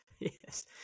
yes